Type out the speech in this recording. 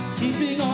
keeping